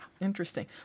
interesting